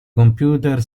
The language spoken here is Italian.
computer